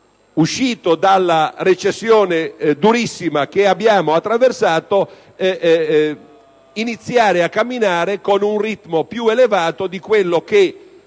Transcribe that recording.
uscire dalla recessione durissima che abbiamo attraversato per iniziare a camminare con un ritmo più elevato di quello che,